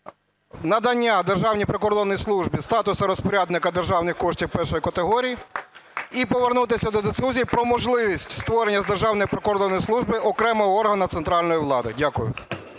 надання Державній прикордонній службі статусу розпорядника державних коштів першої категорії, і повернутися до дискусії про можливість створення з Державної прикордонної служби окремого органу центральної влади. Дякую.